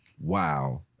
Wow